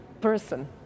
person